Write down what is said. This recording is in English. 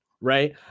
right